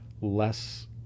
less